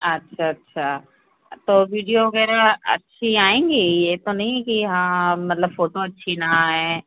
अच्छा अच्छा तो विडिओ वगैरह अच्छी आएंगी ये तो नहीं है कि हाँ मतलब फोटो अच्छी न आए